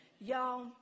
Y'all